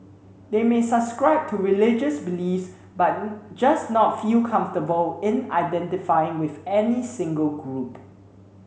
they may subscribe to religious beliefs but just not feel comfortable in identifying with any single group